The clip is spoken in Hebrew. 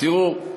תראו,